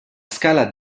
scala